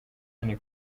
nini